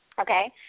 okay